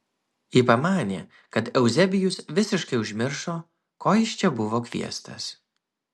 ji pamanė kad euzebijus visiškai užmiršo ko jis čia buvo kviestas